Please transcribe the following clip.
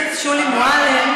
בוודאי.